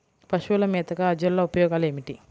పశువుల మేతగా అజొల్ల ఉపయోగాలు ఏమిటి?